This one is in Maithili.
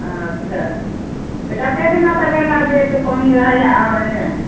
अच्छा तऽ कते दिना तक गंगा जीक पानी रहैया अहाँ एने